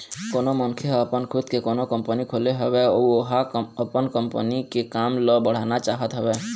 कोनो मनखे ह अपन खुद के कोनो कंपनी खोले हवय अउ ओहा अपन कंपनी के काम ल बढ़ाना चाहत हवय